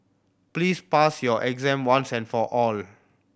please pass your exam once and for all